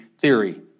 theory